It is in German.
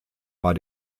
war